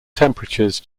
temperatures